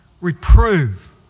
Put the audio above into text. Reprove